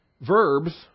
verbs